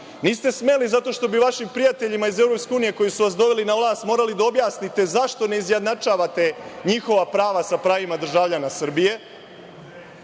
niste smeli zato što bi vašim prijateljima iz EU, koji su vas doveli na vlast, morali da objasnite zašto ne izjednačavate njihova prava sa pravima državljana Srbije